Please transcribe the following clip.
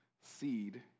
seed